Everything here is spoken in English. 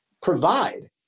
provide